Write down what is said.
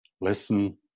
Listen